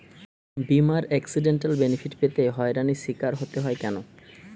বিমার accidental benefit পেতে হয়রানির স্বীকার হতে হয় কেন?